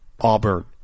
Auburn